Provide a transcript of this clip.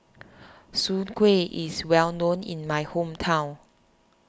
Soon Kuih is well known in my hometown